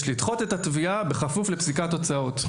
יש לדחות את התביעה בכפוף לפסיקת הוצאות".